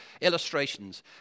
illustrations